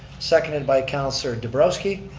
seconded by councilor dabrowski.